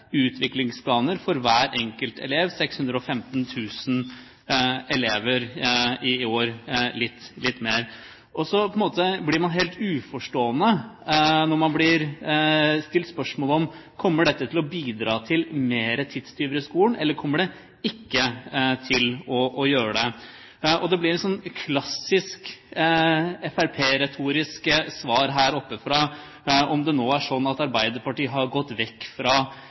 utviklingsplaner for hver enkelt elev – litt mer enn 615 000 elever i år. Så blir man helt uforstående når man blir stilt spørsmål om dette kommer til å bidra til mer tidstyver i skolen, eller om det ikke kommer til å gjøre det. Det kommer et slikt klassisk FrP-retorisk svar her oppe fra om det nå er slik at Arbeiderpartiet har gått vekk fra at man er for tilpasset opplæring, eller om man har gått vekk fra